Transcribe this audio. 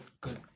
good